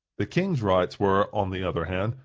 the king's rights were, on the other hand,